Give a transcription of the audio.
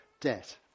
debt